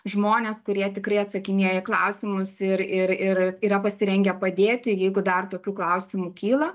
žmonės kurie tikrai atsakinėja į klausimus ir ir ir yra pasirengę padėti ir jeigu dar tokių klausimų kyla